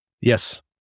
Yes